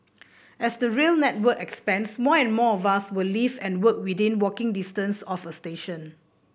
as the rail network expands more and more of us will live and work within walking distance of a station